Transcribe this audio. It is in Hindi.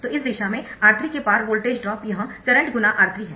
तो इस दिशा में R3 के पार वोल्टेज ड्रॉप यह करंट × R3 है